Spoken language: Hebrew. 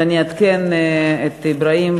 ואני אעדכן את אברהים,